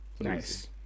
Nice